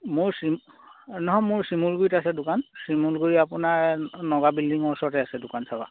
মোৰ চিম নহয় মোৰ শিমলগুৰিত আছে দোকান শিমলগুৰি আপোনাৰ নগা বিল্ডিঙৰ ওচৰতে আছে দোকান চাবা